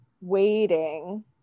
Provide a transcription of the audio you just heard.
waiting